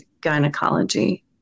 Gynecology